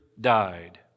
died